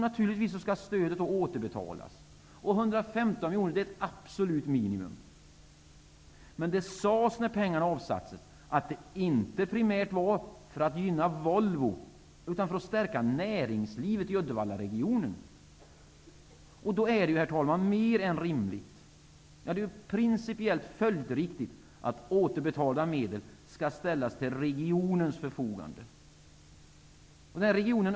Naturligtvis skall stödet då återbetalas. 115 miljoner är ett absolut minimum. Men det sades, när pengarna avsattes, att det inte primärt gjordes för att gynna Volvo, utan för att stärka näringslivet i Då är det ju, herr talman, mer än rimligt -- ja det är principiellt följdriktigt -- att återbetalda medel skall ställas till regionens förfogande.